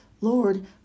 Lord